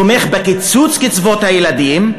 תומך בקיצוץ קצבאות הילדים,